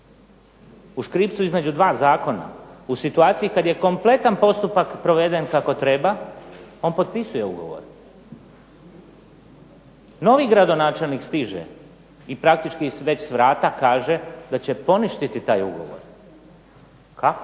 U škripcu između dva zakona, u situaciji kad je kompletan postupak proveden kako treba on potpisuje ugovor. Novi gradonačelnik stiže i praktički već s vrata kaže da će poništiti taj ugovor. Kako?